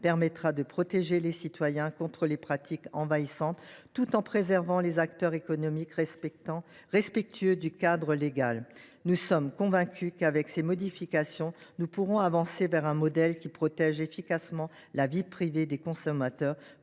permettra de protéger les citoyens contre des pratiques envahissantes, tout en préservant les acteurs économiques respectueux de la loi. Nous sommes convaincus qu’avec ces modifications nous pourrons avancer vers un modèle qui protège efficacement la vie privée des consommateurs,